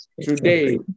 today